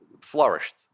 flourished